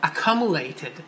accumulated